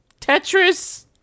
Tetris